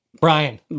Brian